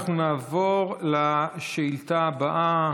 אנחנו נעבור לשאילתה הבאה,